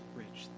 rich